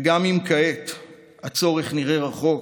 וגם אם כעת הצורך נראה רחוק,